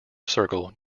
circle